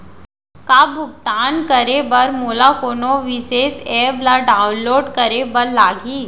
का भुगतान करे बर मोला कोनो विशेष एप ला डाऊनलोड करे बर लागही